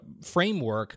framework